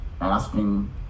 asking